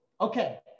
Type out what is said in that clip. Okay